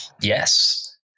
Yes